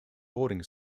boarding